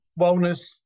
wellness